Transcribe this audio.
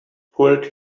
pulled